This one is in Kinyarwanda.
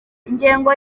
ingengo